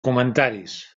comentaris